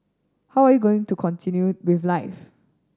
how are you going to continue with life